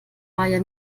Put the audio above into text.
maja